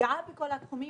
ופגיעה בכל התחומים.